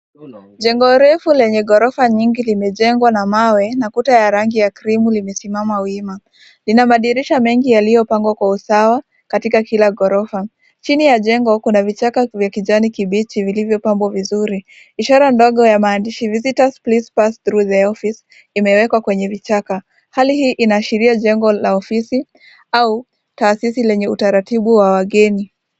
Jengo refu lenye ghorofa nyingi limejengwa na mawe na kuta ya rangi ya cream limesimama wima. Lina madirisha mengi yaliyopangwa kwa usawa katika kila ghorofa. Chini ya jengo kuna vichaka vya kijani kibichi vilivyopambwa vizuri. Ishara ndogo ya maandishi visitors please pass through the office imewekwa kwenye vichaka. Hali hii inaashiria jengo la ofisi au taasisi lenye utaratibu wa wageni.